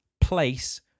place